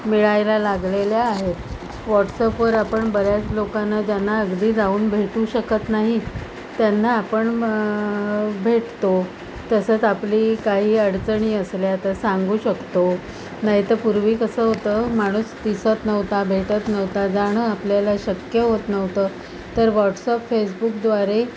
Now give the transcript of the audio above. मिळायला लागलेल्या आहेत व्हॉट्सअपवर आपण बऱ्याच लोकांना ज्यांना अगदी जाऊन भेटू शकत नाही त्यांना आपण भेटतो तसंच आपली काही अडचणी असल्या तर सांगू शकतो नाहीतर पूर्वी कसं होतं माणूस दिसत नव्हता भेटत नव्हता जाणं आपल्याला शक्य होत नव्हतं तर व्हॉट्सअप फेसबुकद्वारे